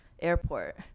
airport